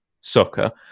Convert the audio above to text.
soccer